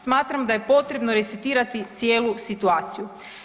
Smatram da je potrebno resetirati cijelu situaciju.